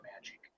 magic